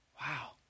Wow